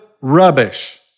rubbish